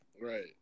Right